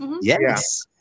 Yes